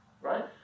Right